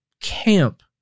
camp